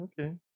okay